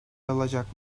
alacak